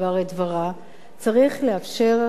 צריך לאפשר שבע שנים.